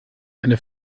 eine